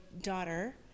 daughter